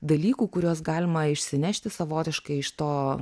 dalykų kuriuos galima išsinešti savotiškai iš to